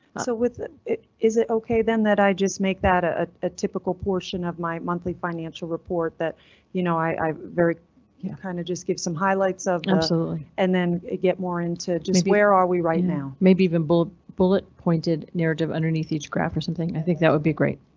so with it it is it ok then that i just make that ah a typical portion of my monthly financial report that you know, i i very you know kind of just give some highlights of absolutely and then get more into just where are we right now? maybe even bullet bullet pointed narrative underneath each graph or something. i think that would be great.